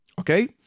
okay